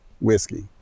whiskey